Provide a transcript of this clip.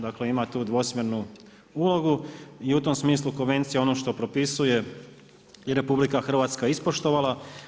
Dakle ima tu dvosmjernu ulogu i u tom smislu Konvencija ono što propisuje i RH je ispoštovala.